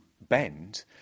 bend